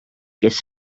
kes